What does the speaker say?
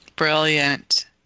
Brilliant